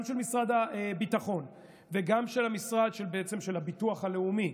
גם של משרד הביטחון וגם של הביטוח הלאומי